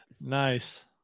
Nice